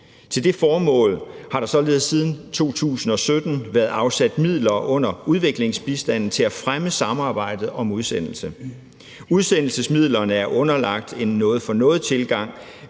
Til det formål har der således siden 2017 været afsat midler under udviklingsbistanden til at fremme samarbejdet om udsendelse. Udsendelsesmidlerne er underlagt en noget for noget-tilgang,